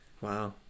Wow